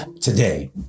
today